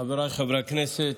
חבריי חברי הכנסת,